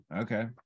okay